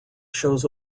shows